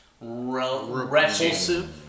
repulsive